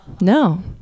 No